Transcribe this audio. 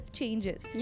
changes